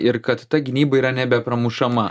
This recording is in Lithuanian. ir kad ta gynyba yra nebepramušama